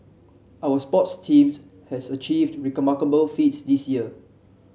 our sports teams has achieved remarkable feats this year